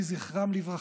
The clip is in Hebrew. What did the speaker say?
לברכה,